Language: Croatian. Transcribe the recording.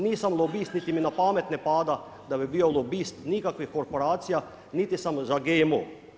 Nisam lobist niti mi na pamet ne pada da bih bio lobist nikakvih korporacija, niti sam za GMO.